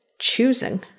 choosing